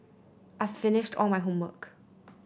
I've finished all my homework